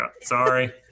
sorry